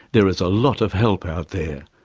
there is a lot of help out there.